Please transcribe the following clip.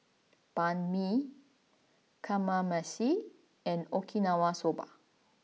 Banh Mi Kamameshi and Okinawa Soba